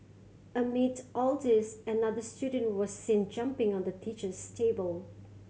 amid all this another student was seen jumping on the teacher's table